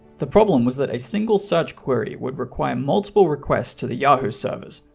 the problem was that a single search query would require multiple requests to the yahoo service,